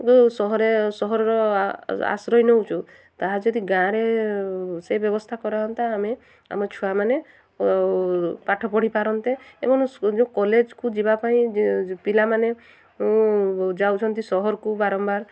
ସହରେ ସହରର ଆଶ୍ରୟ ନଉଛୁ ତାହା ଯଦି ଗାଁରେ ସେ ବ୍ୟବସ୍ଥା କରାହୁଅନ୍ତା ଆମେ ଆମ ଛୁଆମାନେ ପାଠ ପଢ଼ି ପାରନ୍ତେ ଏବଂ ଯେଉଁ କଲେଜକୁ ଯିବା ପାଇଁ ପିଲାମାନେ ଯାଉଛନ୍ତି ସହରକୁ ବାରମ୍ବାର